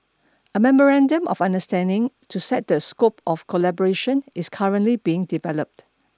a memorandum of understanding to set the scope of collaboration is currently being developed